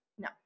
No